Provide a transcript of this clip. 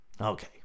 Okay